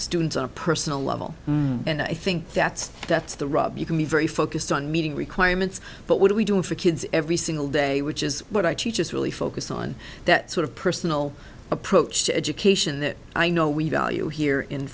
students on a personal level and i think that's that's the rub you can be very focused on meeting requirements but what do we do for kids every single day which is what i teach is really focused on that sort of personal approach to education that i know we value here